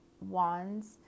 Wands